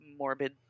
morbid